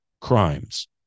crimes